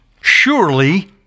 Surely